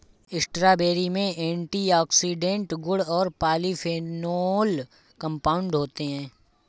strawberry में antioxidant गुण और पॉलीफेनोल कंपाउंड होते हैं